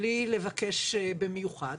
בלי לבקש במיוחד.